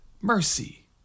mercy